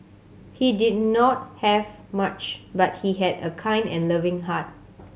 he did not have much but he had a kind and loving heart